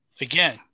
again